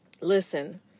Listen